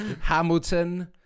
Hamilton